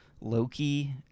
Loki